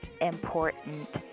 important